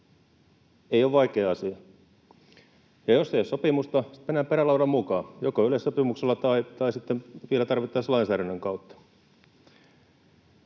Ei ole vaikea asia. Ja jos ei ole sopimusta, sitten mennään perälaudan mukaan, joko yleissopimuksella tai sitten vielä tarvittaessa lainsäädännön kautta.